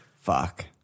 fuck